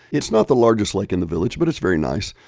it's not the largest lake in the village, but it's very nice.